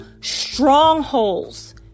strongholds